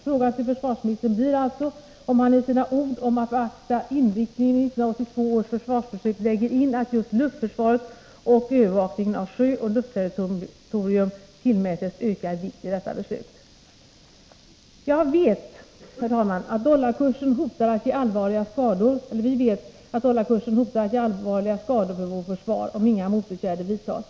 Frågan till försvarsministern blir alltså om hani sina ord om att beakta inriktningen i 1982 års försvarsbeslut lägger in att just luftförsvaret och övervakningen av sjöoch luftterritorium tillmättes ökad vikt i detta beslut. Vi vet, herr talman, att dollarkursen hotar att ge allvarliga skador för vårt försvar, om inga motåtgärder vidtas.